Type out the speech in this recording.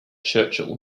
churchill